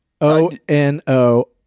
O-N-O